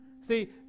See